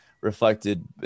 reflected